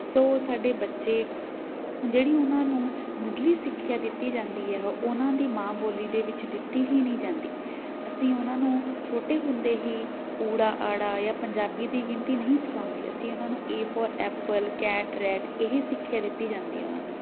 ਸੋ ਸਾਡੇ ਬੱਚੇ ਜਿਹੜੀ ਉਹਨਾਂ ਨੂੰ ਮੁੱਢਲੀ ਸਿੱਖਿਆ ਦਿੱਤੀ ਜਾਂਦੀ ਆ ਉਹ ਉਹਨਾਂ ਦੀ ਮਾਂ ਬੋਲੀ ਦੇ ਵਿੱਚ ਦਿੱਤੀ ਹੀ ਨਹੀਂ ਜਾਂਦੀ ਅਸੀਂ ਉਹਨਾਂ ਨੂੰ ਛੋਟੇ ਹੁੰਦੇ ਹੀ ਊੜਾ ਆੜਾ ਜਾਂ ਪੰਜਾਬੀ ਦੀ ਗਿਣਤੀ ਨਹੀਂ ਸਿਖਾਉਂਦੇ ਅਸੀਂ ਉਹਨਾਂ ਨੂੰ A for apple cat rat ਇਹ ਸਿੱਖਿਆ ਦਿੱਤੀ ਜਾਂਦੀ ਆ ਉਹਨਾਂ ਨੂੰ